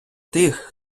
тих